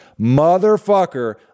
motherfucker